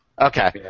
Okay